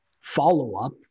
follow-up